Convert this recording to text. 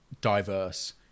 diverse